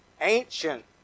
ancient